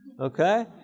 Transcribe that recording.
Okay